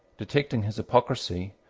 detecting his hypocrisy,